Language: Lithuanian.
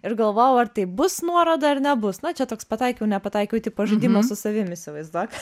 ir galvojau ar tai bus nuoroda ar nebus na čia toks pataikiau nepataikiau tipo žaidimą su savim įsivaizduok